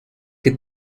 que